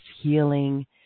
healing